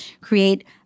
create